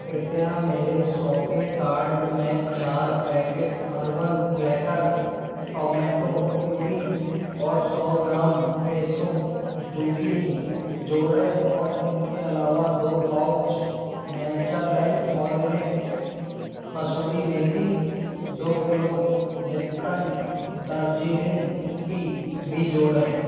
कृपया मेरे shopping card में चार packet urban platter tomato puree और सौ ग्राम फ्रेसो जोकिनी जोड़ें और इनके अलावा दो pouch Natureland Organics kasuri methi दो किलो लिप्टन दर्जीलिंग टी भी जोड़ें